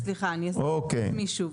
לא, סליחה אז אני אסביר את עצמי שוב.